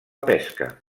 pesca